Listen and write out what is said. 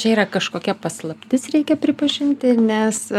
čia yra kažkokia paslaptis reikia pripažinti nes